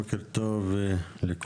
בוקר טוב לכולם,